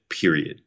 Period